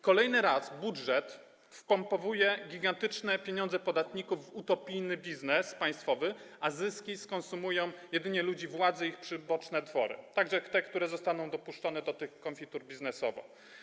Kolejny raz budżet wpompowuje gigantyczne pieniądze podatników w utopijny biznes państwowy, a zyski skonsumują jedynie ludzie władzy i ich przyboczne twory, także te, które zostaną dopuszczone do tych konfitur biznesowo.